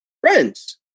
Friends